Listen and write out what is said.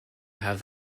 have